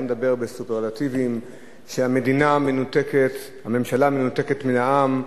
הוא היה מדבר בסופרלטיבים שהממשלה מנותקת מן העם,